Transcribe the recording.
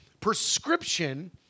prescription